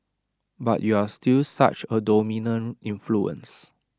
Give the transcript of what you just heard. but you're still such A dominant influence